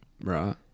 Right